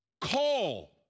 call